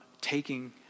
taking